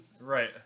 Right